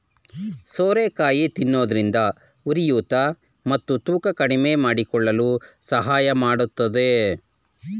ಸೋರೆಕಾಯಿ ತಿನ್ನೋದ್ರಿಂದ ಉರಿಯೂತ ಮತ್ತು ತೂಕ ಕಡಿಮೆಮಾಡಿಕೊಳ್ಳಲು ಸಹಾಯ ಮಾಡತ್ತದೆ